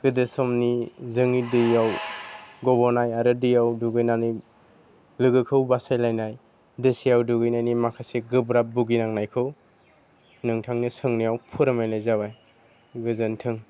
गोदो समनि जोंनि दैयाव गब'नाय आरो दैयाव दुगैनानै लोगोखौ बासायलायनाय दैसायाव दुगैनायनि माखासे गोब्राब भुगिनांनायखौ नोंथांनि सोंनायाव फोरमायनाय जाबाय गोजोन्थों